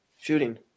shooting